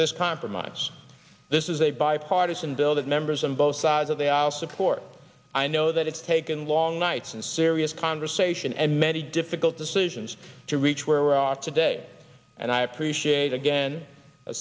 this compromise this is a bipartisan bill that members on both sides of the aisle support i know that it's taken long nights and serious conversation and many difficult decisions to reach where we're off today and i appreciate again